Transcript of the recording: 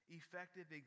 effective